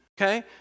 okay